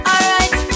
Alright